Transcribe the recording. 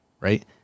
right